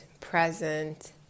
present